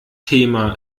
thema